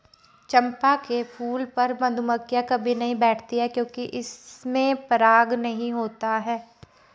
चंपा के फूल पर मधुमक्खियां कभी नहीं बैठती हैं क्योंकि इसमें पराग नहीं होता है